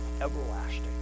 everlasting